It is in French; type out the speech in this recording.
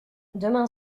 demain